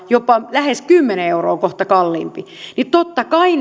jopa lähes kymmenen euroa kohta kalliimpia totta kai